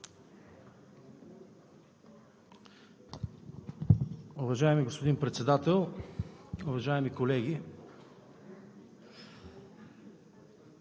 Уважаеми господин Председател, уважаеми дами